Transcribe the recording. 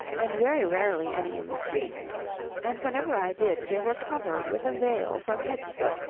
and very rarely any in the streets and whenever i did they were covered with a veil from head to foot,